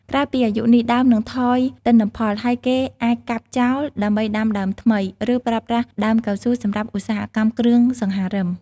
ក្រោយពីអាយុនេះ ដើមនឹងថយទិន្នផល ហើយគេអាចកាប់ចោលដើម្បីដាំដើមថ្មី ឬប្រើប្រាស់ដើមកៅស៊ូសម្រាប់ឧស្សាហកម្មគ្រឿងសង្ហារឹម។